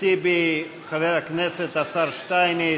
חבר הכנסת טיבי, חבר הכנסת השר שטייניץ,